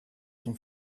son